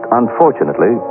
unfortunately